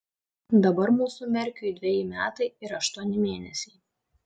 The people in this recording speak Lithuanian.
dabar mūsų merkiui dveji metai ir aštuoni mėnesiai